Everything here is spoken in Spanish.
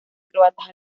croatas